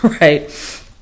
right